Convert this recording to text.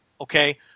okay